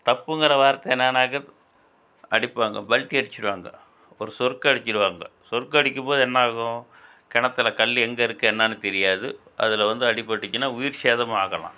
தப்புங்கிற வார்த்தை என்னெனான்னாக்க அடிப்பாங்க பல்ட்டி அடிச்சுருவாங்க ஒரு சொர்க்கு அடிச்சுருவாங்க சொர்க்கு அடிக்கும் போது என்ன ஆகும் கிணத்துல கல்லு எங்கே இருக்குது என்னெனான்னு தெரியாது அதில் வந்து அடிப்பட்டுச்சின்னா உயிர் சேதமும் ஆகலாம்